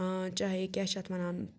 چاہے کیٛاہ چھِ اَتھ وَنان